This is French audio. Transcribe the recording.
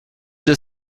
deux